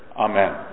Amen